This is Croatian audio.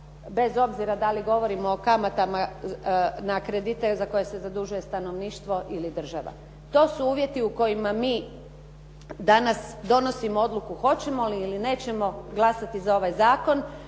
bez obzira da li govorimo o kamatama na kredite za koje se zadužuje stanovništvo ili država. To su uvjeti u kojima mi danas donosimo odluku hoćemo li ili nećemo glasati za ovaj zakon.